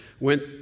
Went